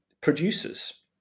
producers